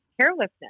carelessness